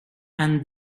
and